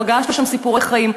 פגשנו שם סיפורי חיים.